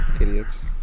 idiots